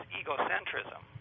egocentrism